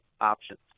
options